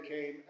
came